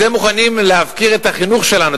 אתם מוכנים להפקיר את החינוך שלנו,